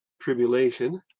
tribulation